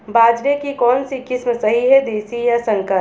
बाजरे की कौनसी किस्म सही हैं देशी या संकर?